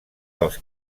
dels